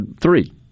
three